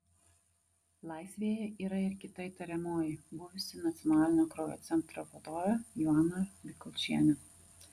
laisvėje yra ir kita įtariamoji buvusi nacionalinio kraujo centro vadovė joana bikulčienė